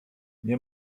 nie